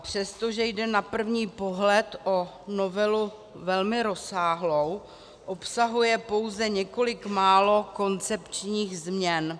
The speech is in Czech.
Přestože jde na první pohled o novelu velmi rozsáhlou, obsahuje pouze několik málo koncepčních změn.